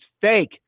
fake